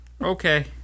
okay